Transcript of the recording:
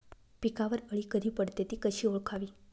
पिकावर अळी कधी पडते, ति कशी ओळखावी?